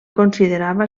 considerava